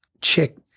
chick